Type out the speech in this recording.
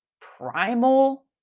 primal